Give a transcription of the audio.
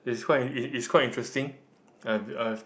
it's quite it it it's quite interesting I've I've